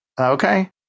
Okay